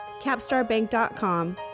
capstarbank.com